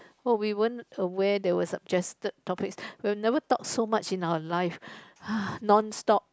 oh we weren't aware there were suggested topics we've never talk so much in our life (hah) non stop